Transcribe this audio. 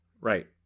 Right